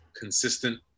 consistent –